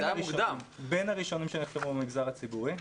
בין הראשונים שנחתמו במגזר הציבורי.